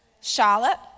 Charlotte